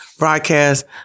broadcast